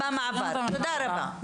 תודה רבה.